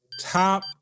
Top